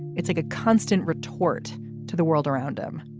it's like a constant retort to the world around him